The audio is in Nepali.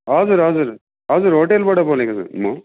हजुर हजुर हजुर होटेलबाट बोलेको म